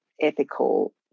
Ethical